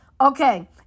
Okay